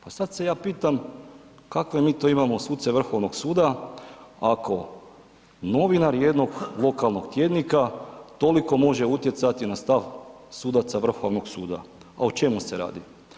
Pa sad se ja pitam kakve mi to imamo suce Vrhovnog suda ako novinar jednog lokalnog tjednika toliko može utjecati na stav sudaca Vrhovnog suda, a o čemu se radi?